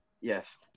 Yes